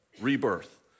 rebirth